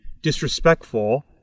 disrespectful